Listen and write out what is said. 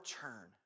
turn